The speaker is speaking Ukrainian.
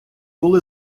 були